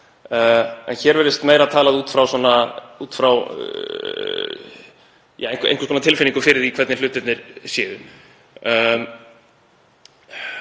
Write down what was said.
en hér virðist meira talað út frá einhvers konar tilfinningu fyrir því hvernig hlutirnir séu.